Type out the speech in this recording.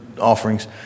offerings